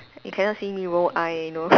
you cannot see me roll eye you know